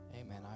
Amen